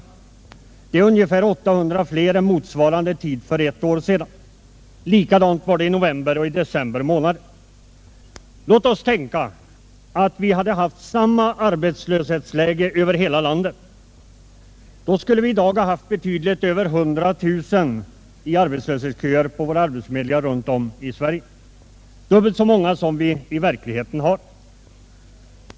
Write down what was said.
Det är ungefär 800 fler än vid motsvarande tid för ett år sedan. Likadant var det i november och december månad. Vi kan ju tänka oss samma arbetslöshetssituation över hela landet. Då skulle vi i dag ha haft betydligt över 100 000 personer i arbetslöshetsköer på arbetsförmedlingarna runt om i Sverige, dubbelt så många som vi i verkligheten har.